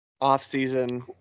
off-season